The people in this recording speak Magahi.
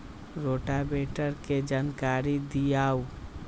रोटावेटर के जानकारी दिआउ?